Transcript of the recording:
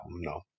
no